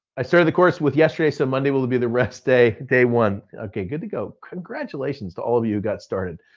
i started the course with yesterday. so monday will be the rest day, day one. okay, good to go. congratulations to all of you who got started.